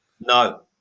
No